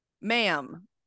ma'am